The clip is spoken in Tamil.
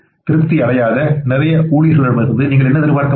திருப்தியடையாத நிறைய ஊழியர்களிடமிருந்து நீங்கள் என்ன எதிர்பார்க்க முடியும்